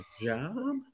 job